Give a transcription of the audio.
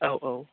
औ औ